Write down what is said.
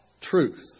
truth